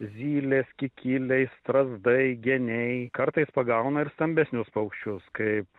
zylės kikiliai strazdai geniai kartais pagauna ir stambesnius paukščius kaip